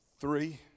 Three